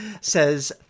says